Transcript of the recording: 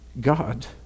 God